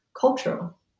cultural